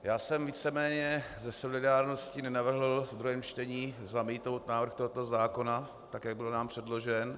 Já jsem víceméně ze solidárnosti nenavrhl ve druhém čtení zamítnout návrh tohoto zákona tak, jak nám byl předložen.